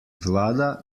vlada